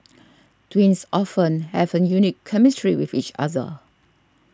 twins often have a unique chemistry with each other